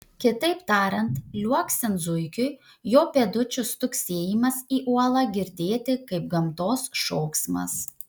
kitaip tariant liuoksint zuikiui jo pėdučių stuksėjimas į uolą girdėti kaip gamtos šauksmas